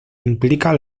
implica